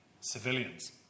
civilians